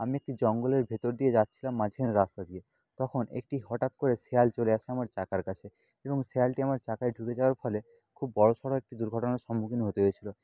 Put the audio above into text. আমি একটি জঙ্গলের ভেতর দিয়ে যাচ্ছিলাম মাঝখানের রাস্তা দিয়ে তখন একটি হঠাৎ করে শেয়াল চলে আসে আমার চাকার কাছে এবং শেয়ালটি আমার চাকায় ঢুকে যাওয়ার ফলে খুব বড় সড় একটি দুর্ঘটনার সম্মুখীন হতে হয়েছিল